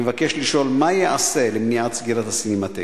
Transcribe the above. אני מבקש לשאול: מה ייעשה למניעת סגירת הסינמטק?